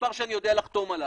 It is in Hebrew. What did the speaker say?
מספר שאני יודע לחתום עליו.